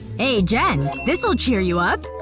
hey, jen. this will cheer you up.